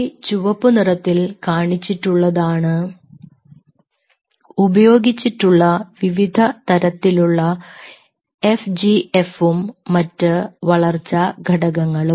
ഈ ചുവപ്പു നിറത്തിൽ കാണിച്ചിട്ടുള്ളത് ആണ് ഉപയോഗിച്ചിട്ടുള്ള വിവിധതരത്തിലുള്ള എഫ് ജി എഫും മറ്റ് വളർച്ചാ ഘടകങ്ങളും